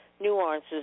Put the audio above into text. Nuances